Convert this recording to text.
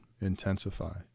intensify